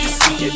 see